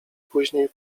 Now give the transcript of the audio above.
później